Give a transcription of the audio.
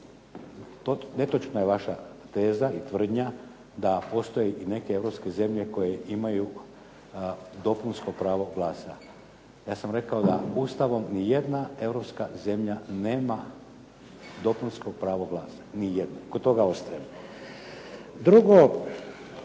netočna je vaša teza i tvrdnja da postoje i neke europske zemlje koje imaju dopunsko pravo glasa. Ja sam rekao da Ustavom ni jedna europska zemlja nema dopunsko pravo glasa. Ni jedna. Kod toga ostajem. Drugo.